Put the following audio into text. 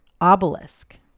obelisk